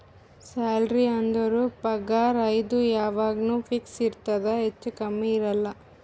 salary ಅಂದುರ್ ಪಗಾರ್ ಇದು ಯಾವಾಗ್ನು ಫಿಕ್ಸ್ ಇರ್ತುದ್ ಹೆಚ್ಚಾ ಕಮ್ಮಿ ಇರಲ್ಲ